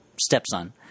stepson